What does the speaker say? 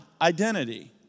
identity